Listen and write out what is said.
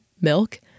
milk